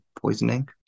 poisoning